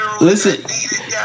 Listen